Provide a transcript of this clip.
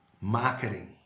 marketing